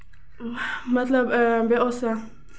مطلب بیٚیہِ اوس